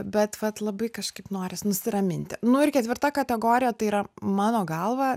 bet vat labai kažkaip noris nusiraminti nu ir ketvirta kategorija tai yra mano galva